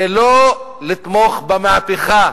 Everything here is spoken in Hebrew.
זה לא לתמוך במהפכה,